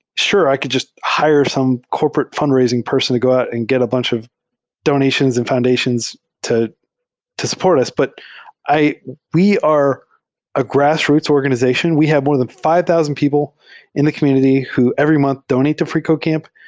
sure, i could just hire some corporate fundraising person to go out and get a bunch of donations and foundations to to support us. but we are a grass roots organization. we have more than five thousand people in the community who every month donate to freecodecamp.